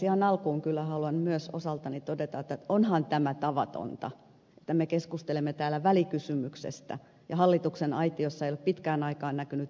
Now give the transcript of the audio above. ihan alkuun kyllä haluan myös osaltani todeta että onhan tämä tavatonta että me keskustelemme täällä välikysymyksestä ja hallituksen aitiossa ei ole pitkään aikaan näkynyt yhtäkään ministeriä